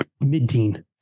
mid-teen